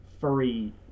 furry